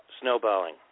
snowballing